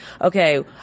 okay